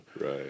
Right